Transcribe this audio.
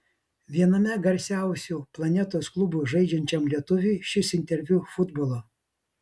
viename garsiausių planetos klubų žaidžiančiam lietuviui šis interviu futbolo